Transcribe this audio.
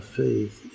faith